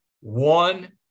one